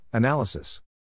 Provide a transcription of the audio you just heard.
Analysis